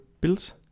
builds